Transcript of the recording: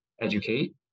educate